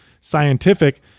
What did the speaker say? scientific